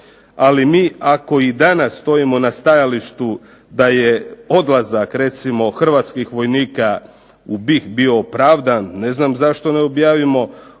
Ali mi ako i danas stojimo na stajalištu da je odlazak recimo hrvatskih vojnika u BiH bio opravdan ne znam zašto ne objavimo